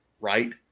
right